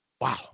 Wow